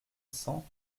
cent